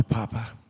Papa